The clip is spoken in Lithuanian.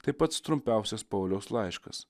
tai pats trumpiausias pauliaus laiškas